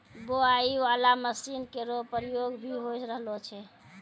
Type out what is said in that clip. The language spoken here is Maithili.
बोआई बाला मसीन केरो प्रयोग भी होय रहलो छै